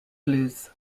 blues